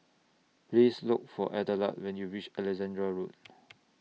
Please Look For Adelard when YOU REACH Alexandra Road